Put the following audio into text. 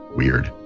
weird